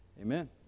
Amen